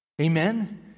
Amen